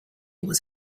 was